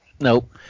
Nope